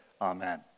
amen